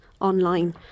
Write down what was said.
online